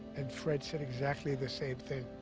and fred said exactly the same thing,